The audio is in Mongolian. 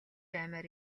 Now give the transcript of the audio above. аймаар